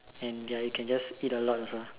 and ya you can just eat a lot also